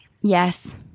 yes